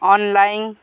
online